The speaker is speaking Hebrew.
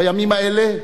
בימים האלה